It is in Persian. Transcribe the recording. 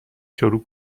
شروع